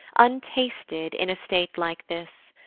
untasted in a state like this.